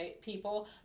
people